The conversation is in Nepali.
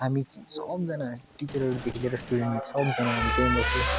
हामी चाहिँ सबजना टिचरहरूदेखि लिएर स्टुडेन्ट सबजना हामी त्यहीँ बस्यो